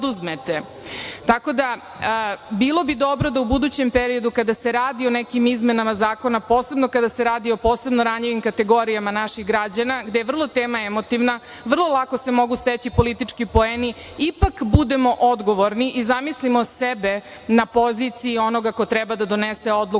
da bilo bi dobro da u budućem periodu kad se radi o nekim izmenama zakona posebno kada se radi o posebno ranjivim kategorijama naših građana gde je vrlo tema emotivna, vrlo lako se mogu steći politički poeni ipak budemo odgovorni i zamislimo sebe na poziciji onoga ko treba da donese odluku